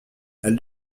elles